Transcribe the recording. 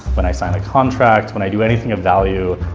when i sign a contract, when i do anything of value,